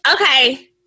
okay